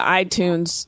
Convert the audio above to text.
iTunes